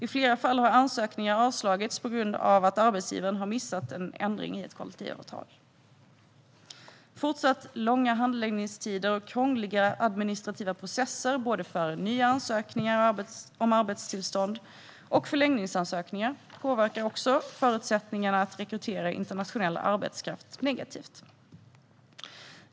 I flera fall har ansökningar avslagits på grund av att arbetsgivaren har missat en ändring i ett kollektivavtal. Fortsatta långa handläggningstider och krångliga administrativa processer för nya ansökningar om arbetstillstånd och för förlängningsansökningar påverkar också förutsättningarna att rekrytera internationell arbetskraft negativt.